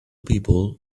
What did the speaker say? people